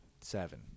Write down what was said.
seven